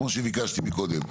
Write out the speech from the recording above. כמו שביקשתי מקודם,